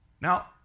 Now